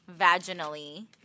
vaginally